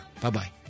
Bye-bye